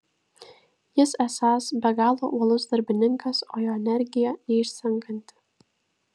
jis esąs be galo uolus darbininkas o jo energija neišsenkanti